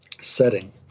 setting